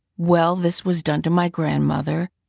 well, this was done to my grandmother,